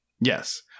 Yes